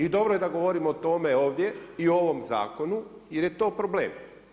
I dobro je da govorimo o tome ovdje i o ovome zakonu jer je to problem.